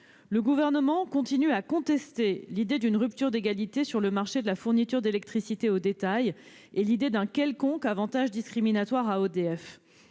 Le Gouvernement continue de contester l'idée d'une rupture d'égalité sur le marché de la fourniture d'électricité au détail et l'idée d'un quelconque avantage discriminatoire